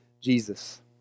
Jesus